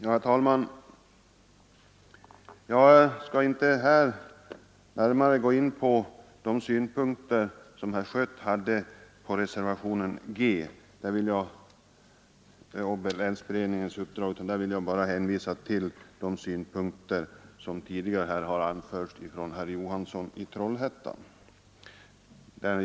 Herr talman! Jag skall inte närmare gå in på de synpunkter som herr Schött anfört i anslutning till reservationen G om länsberedningens uppdrag, utan där hänvisar jag bara till vad som tidigare sagts av utskottets ordförande, herr Johansson i Trollhättan.